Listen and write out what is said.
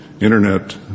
Internet